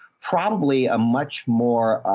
probably a much more,